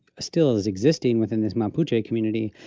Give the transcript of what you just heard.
still is existing within this mapuche community.